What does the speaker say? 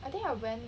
I think I wear